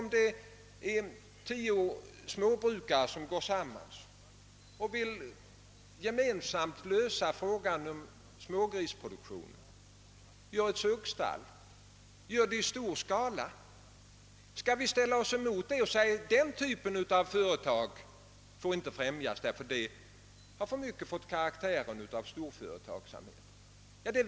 Om tio småbrukare går samman och i stor skala försöker lösa frågan om smågrisproduktionen — de har t.ex. ett suggstall — hur skall man göra då? Skall vi sätta oss emot det och säga att den typen av företag får inte främjas, ty den har karaktären av storföretagsamhet?